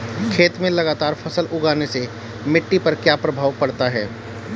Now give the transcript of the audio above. खेत में लगातार फसल उगाने से मिट्टी पर क्या प्रभाव पड़ता है?